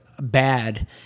bad